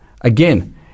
Again